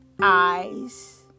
eyes